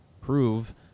prove